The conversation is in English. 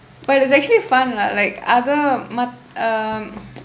but it is actually fun lah like other mat~ uh